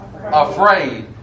Afraid